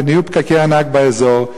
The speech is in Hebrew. ונהיו פקקי ענק באזור.